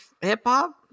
hip-hop